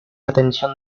atención